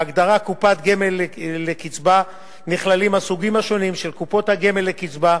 בהגדרה "קופת גמל לקצבה" נכללים הסוגים השונים של קופות הגמל לקצבה,